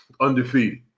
Undefeated